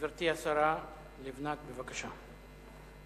גברתי השרה לבנת, בבקשה.